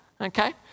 Okay